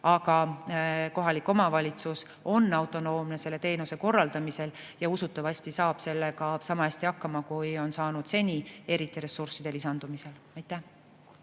Aga kohalik omavalitsus on autonoomne selle teenuse korraldamisel ja usutavasti saab sellega sama hästi hakkama, kui on saanud seni, eriti ressursside lisandumisel. Suur